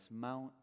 mount